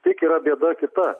tik yra bėda kita